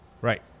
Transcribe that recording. Right